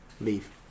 leave